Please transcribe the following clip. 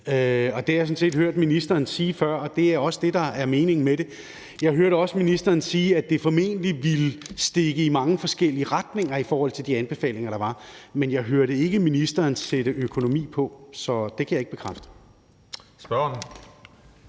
det har jeg sådan set hørt ministeren sige før, og det er også det, der er meningen med det. Jeg hørte også ministeren sige, at det formentlig ville stikke i mange forskellige retninger i forhold til de anbefalinger, der var, men jeg hørte ikke ministeren sætte en økonomi på. Så det kan jeg ikke bekræfte. Kl. 16:05 Den